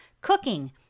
cooking